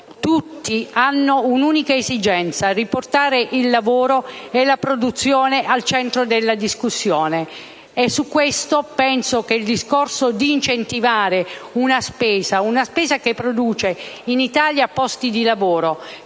tutti hanno un'unica esigenza: riportare il lavoro e la produzione al centro della discussione. E al riguardo penso al discorso di incentivare la spesa, una spesa che produce in Italia posti di lavoro